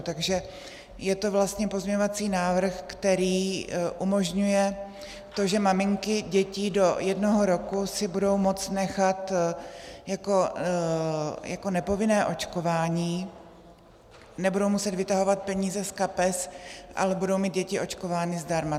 Takže je to vlastně pozměňovací návrh, který umožňuje to, že maminky dětí do jednoho roku si to budou moct nechat jako nepovinné očkování, nebudou muset vytahovat peníze z kapes, ale budou mít děti očkovány zdarma.